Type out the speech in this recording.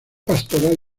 pastoral